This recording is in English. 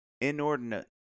inordinate